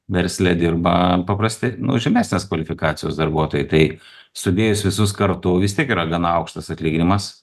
versle dirba paprastai nu žemesnės kvalifikacijos darbuotojai tai sudėjus visus kartu vistiek yra gana aukštas atlyginimas